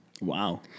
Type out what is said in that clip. Wow